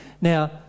now